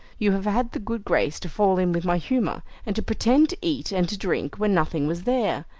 you have had the good grace to fall in with my humour, and to pretend to eat and to drink when nothing was there.